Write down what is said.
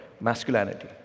masculinity